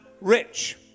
rich